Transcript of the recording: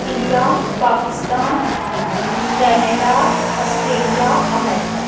India Pakistan Canada Australia America